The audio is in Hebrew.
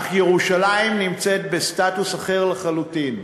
אך ירושלים נמצאת בסטטוס אחר לחלוטין.